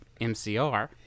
MCR